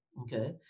okay